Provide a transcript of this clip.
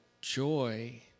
joy